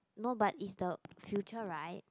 no but it's the future right